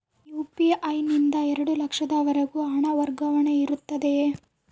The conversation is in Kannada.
ಯು.ಪಿ.ಐ ನಿಂದ ಎರಡು ಲಕ್ಷದವರೆಗೂ ಹಣ ವರ್ಗಾವಣೆ ಇರುತ್ತದೆಯೇ?